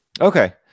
Okay